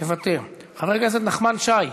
מוותר, חבר הכנסת נחמן שי,